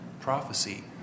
prophecy